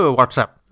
Whatsapp